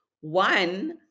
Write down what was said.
one